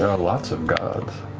are lots of gods,